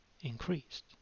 increased